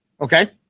okay